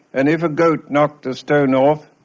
and if a goat knocked a stone off,